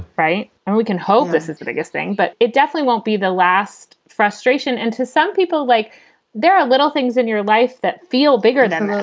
right. and we can hope this is the biggest thing, but it definitely won't be the last. frustration. and to some people, like there are little things in your life that feel bigger than us,